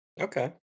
okay